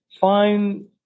find